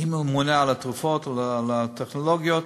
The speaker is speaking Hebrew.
היא הממונה על התרופות ועל הטכנולוגיות.